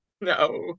No